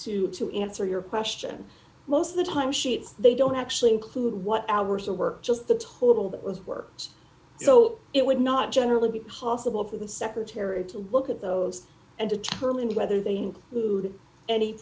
to to answer your question most of the time sheets they don't actually include what hours of work just the total that was worked so it would not generally be possible for the secretary to look at those and determine whether they include any